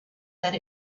that